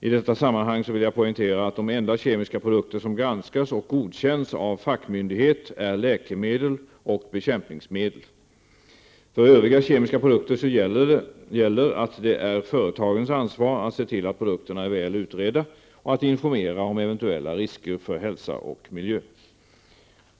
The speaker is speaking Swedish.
I detta sammanhang vill jag poängtera att de enda kemiska produkter som granskas och godkänns av fackmyndighet är läkemedel och bekämpningsmedel. För övriga kemiska produkter gäller att det är företagens ansvar att se till att produkterna är väl utredda och att informera om eventuella risker för hälsa och miljö.